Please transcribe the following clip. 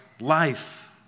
life